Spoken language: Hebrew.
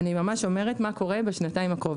אני ממש אומרת מה קורה בשנתיים הקרובות.